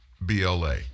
BLA